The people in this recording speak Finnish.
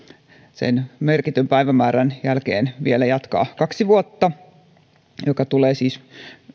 sen merkityn päivämäärän jälkeen vielä jatkaa kaksi vuotta tämä tulee siis